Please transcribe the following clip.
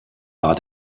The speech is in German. war